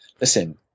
Listen